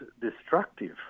destructive